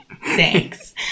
Thanks